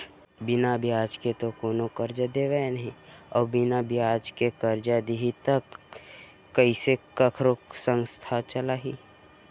बिना बियाज के तो कोनो करजा देवय नइ अउ बिना बियाज के करजा दिही त कइसे कखरो संस्था चलही